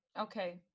Okay